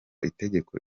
itegeko